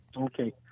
Okay